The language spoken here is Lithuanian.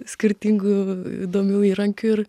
skirtingų įdomių įrankių ir